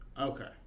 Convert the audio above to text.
Okay